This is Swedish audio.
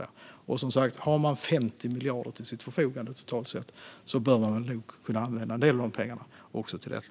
Och man har, som sagt, totalt sett 50 miljarder till sitt förfogande. Då bör man kunna använda en del av de pengarna till detta.